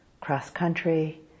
Cross-country